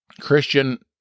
Christian